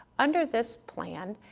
under this plan,